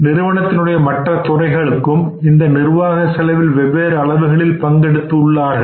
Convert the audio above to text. நிறுவனத்தினுடைய மற்ற துறைகளும் இந்த நிர்வாக செலவில் வெவ்வேறு அளவுகளில் பங்கெடுத்து உள்ளார்கள்